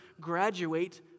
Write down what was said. graduate